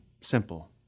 simple